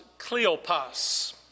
Cleopas